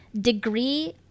degree